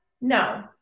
no